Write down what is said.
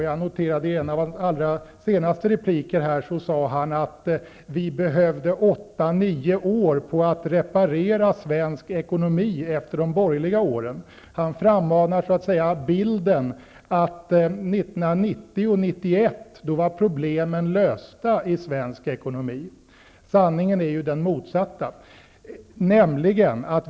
Jag noterade att i en av sina senaste repliker sade han att socialdemokraterna behövde åtta nio år för att reparera svensk ekonomi efter de borgerliga regeringsåren. Han frammanar bilden att 1990--1991 var problemen lösta i svensk ekonomi. Sanningen är ju den motsatta.